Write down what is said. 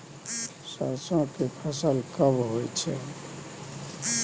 सरसो के फसल कब होय छै?